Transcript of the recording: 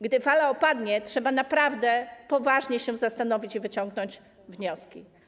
Gdy fala opadnie, trzeba naprawdę poważnie się zastanowić i wyciągnąć wnioski.